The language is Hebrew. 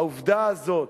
העובדה הזאת,